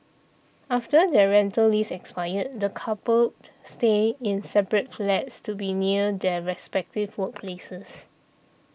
after their rental lease expired the coupled stayed in separate flats to be near their respective workplaces